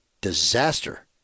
disaster